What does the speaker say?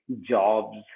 jobs